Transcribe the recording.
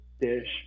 dish